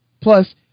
Plus